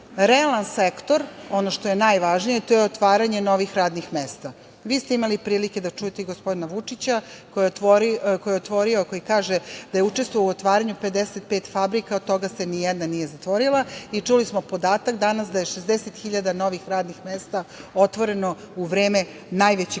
sektor, ono što je najvažnije, to je otvaranje novih radnih mesta. Vi ste imali prilike da čujete gospodina Vučića, koji je otvorio, koji kaže da je učestvovao u otvaranju 55 fabrika, od toga se ni jedna nije zatvorila i čuli smo podatak danas da je 60 hiljada novih radnih mesta otvoreno u vreme najveće